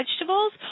vegetables